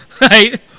Right